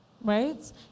right